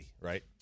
right